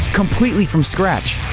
completely from scratch?